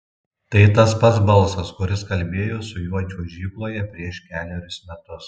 tai tas pats balsas kuris kalbėjo su juo čiuožykloje prieš kelerius metus